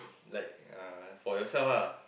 like uh for yourself ah